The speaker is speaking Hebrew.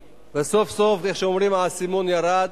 וסוף-סוף, כמו שאומרים, האסימון ירד,